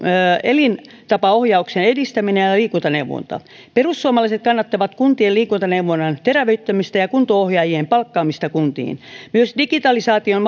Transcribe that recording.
elintapaohjauksen edistäminen ja ja liikuntaneuvonta perussuomalaiset kannattavat kuntien liikuntaneuvonnan terävöittämistä ja kunto ohjaajien palkkaamista kuntiin myös digitalisaation